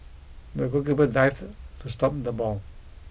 the goalkeeper dived to stop the ball